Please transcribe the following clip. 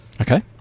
Okay